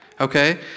Okay